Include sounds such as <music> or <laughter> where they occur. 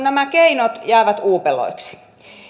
<unintelligible> nämä keinot jäävät uupeloiksi